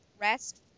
rest